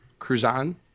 Cruzan